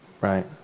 Right